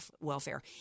welfare